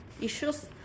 issues